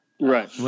Right